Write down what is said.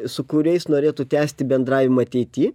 su kuriais norėtų tęsti bendravimą ateity